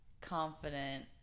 confident